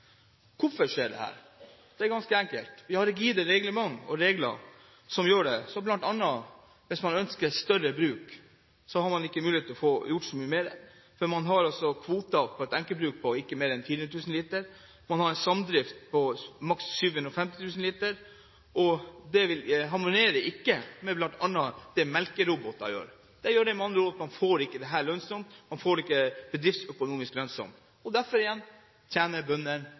Hvorfor skjer dette? Det er ganske enkelt. Vi har rigide regler. Blant annet hvis man ønsker større bruk, har man ikke mulighet til å få gjort så mye med det, for på et enkelt bruk har man kvoter på ikke mer enn 400 000 liter, og i samdrift er kvoten maksimalt 750 000 liter. Det harmonerer ikke med bl.a. det melkeroboter gjør. Med andre ord, man får ikke dette til å bli bedriftsøkonomisk lønnsomt. Bøndene tjener altså dårlig på grunn av rigide regler, som ødelegger lønnsomheten. Attpåtil skal det